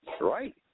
right